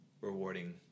rewarding